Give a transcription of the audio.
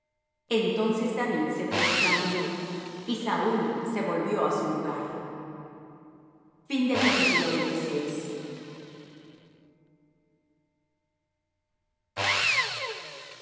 entonces david se fué su camino y saúl se volvió á su lugar y